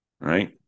Right